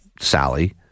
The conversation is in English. Sally